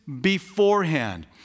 beforehand